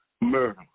Murder